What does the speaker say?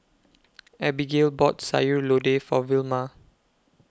Abigayle bought Sayur Lodeh For Vilma